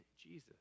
Jesus